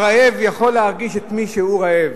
הרעב יכול להרגיש את מי שרעב.